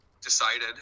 decided